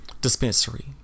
dispensary